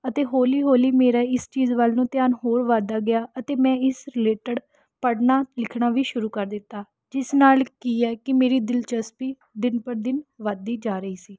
ਅਤੇ ਹੌਲੀ ਹੌਲੀ ਮੇਰਾ ਇਸ ਚੀਜ਼ ਵੱਲ ਨੂੰ ਧਿਆਨ ਹੋਰ ਵੱਧਦਾ ਗਿਆ ਅਤੇ ਮੈਂ ਇਸ ਰਿਲੇਟਡ ਪੜ੍ਹਨਾ ਲਿਖਣਾ ਵੀ ਸ਼ੁਰੂ ਕਰ ਦਿੱਤਾ ਜਿਸ ਨਾਲ ਕੀ ਹੈ ਕਿ ਮੇਰੀ ਦਿਲਚਸਪੀ ਦਿਨ ਪਰ ਦਿਨ ਵੱਧਦੀ ਜਾ ਰਹੀ ਸੀ